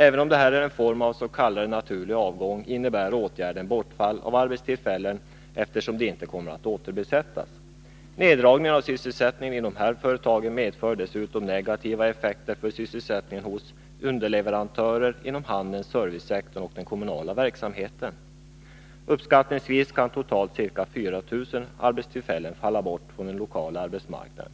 Även om detta är en form av s.k. naturlig avgång, innebär åtgärden bortfall av arbetstillfällen, eftersom platserna inte kommer att återbesättas. Neddragningen av sysselsättningen i de här företagen medför dessutom negativa effekter för sysselsättningen hos underleverantörer, inom handeln, servicesektorn och den kommunala verksamheten. Uppskattningsvis kan totalt 4 000 arbetstillfällen falla bort från den lokala arbetsmarknaden